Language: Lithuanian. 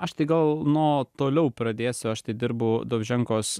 aš tai gal nuo toliau pradėsiu aš tai dirbu dovženkos